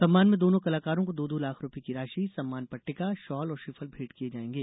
सम्मान में दोनों कलाकारों को दो दो लाख रुपए की राशि सम्मान पट्टिका शाल और श्रीफल भेंट किए जाएंगे